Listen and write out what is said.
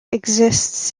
exists